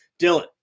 Dylan